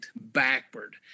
backward